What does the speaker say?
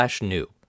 new